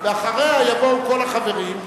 ואחריה יבואו כל החברים,